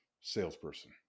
salesperson